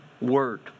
word